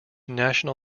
national